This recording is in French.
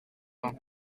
pins